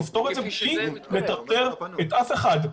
לפתור את זה בלי לטרטר את אף אחד,